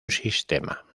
sistema